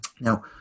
Now